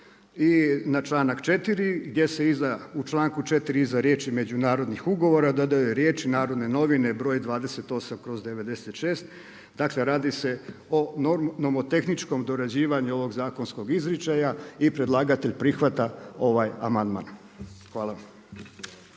i na članak 4. gdje se u članku 4. iza riječi međunarodnih ugovora dodaju riječi NN br. 28/96. dakle radi se o nomotehničkom dorađivanju ovog zakonskog izričaja i predlagatelj prihvaća ovaj amandman. Hvala.